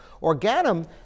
Organum